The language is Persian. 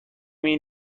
این